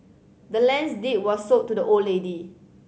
the land's deed was sold to the old lady